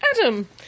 Adam